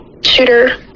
shooter